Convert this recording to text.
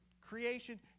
creation